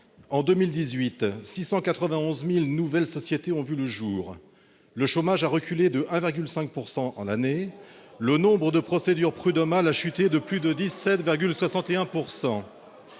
En 2018, 691 000 nouvelles sociétés ont vu le jour ; le chômage a reculé de 1,5 % en un an le nombre de procédures prudhommales a chuté de 17,61